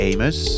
Amos